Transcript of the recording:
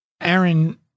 Aaron